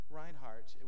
Reinhardt